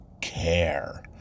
care